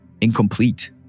incomplete